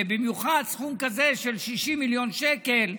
במיוחד סכום כזה של 60 מיליון שקל,